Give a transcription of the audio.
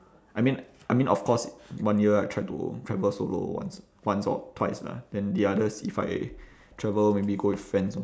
I mean I mean of course one year I try to travel solo once once or twice lah then the others if I travel maybe go with friends orh